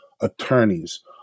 attorneys